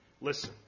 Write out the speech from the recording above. Listen